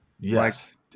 Yes